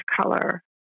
color